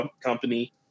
company